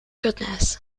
goodness